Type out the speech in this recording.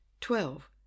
Twelve